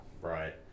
right